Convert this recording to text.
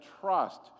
trust